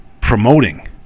promoting